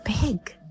big